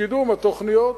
לקידום התוכניות.